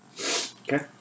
okay